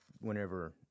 whenever